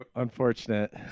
Unfortunate